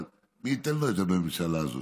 אבל מי ייתן לו את זה בממשלה הזאת?